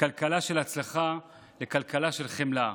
מכלכלה של הצלחה לכלכלה של חמלה.